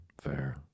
fair